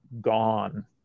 gone